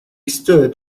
stood